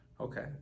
okay